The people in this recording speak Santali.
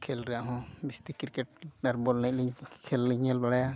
ᱠᱷᱮᱞ ᱨᱮᱭᱟᱜ ᱦᱚᱸ ᱡᱟᱹᱥᱛᱤ ᱠᱨᱤᱠᱮᱴ ᱟᱨ ᱵᱚᱞ ᱮᱱᱮᱡ ᱞᱤᱧ ᱠᱷᱮᱞ ᱞᱤᱧ ᱧᱮᱞ ᱵᱟᱲᱟᱭᱟ